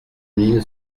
mille